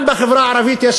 גם בחברה הערבית יש,